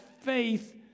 faith